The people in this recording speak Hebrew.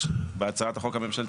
בהצעת החוק הממשלתית,